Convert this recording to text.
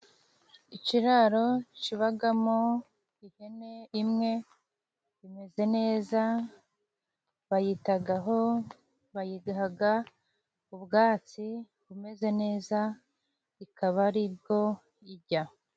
Ikiraro kibamo ihene imwe, imeze neza bayitaho bayiha ubwatsi bumeze neza, ikaba aribwo irya.